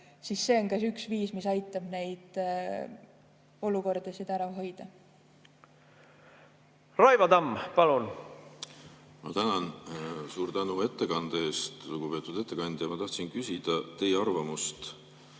siis see on üks viis, mis aitab neid olukordasid ära hoida. Raivo Tamm, palun! Ma tänan! Suur tänu ettekande eest, lugupeetud ettekandja! Ma tahtsin küsida teie arvamust,